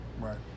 Right